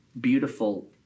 beautiful